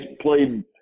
played